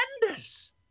tremendous